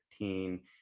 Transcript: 2015